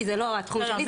כי זה לא התחום שלי,